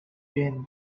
din